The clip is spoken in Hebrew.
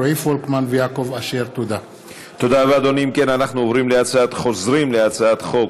אדוני יושב-ראש ועדת העבודה,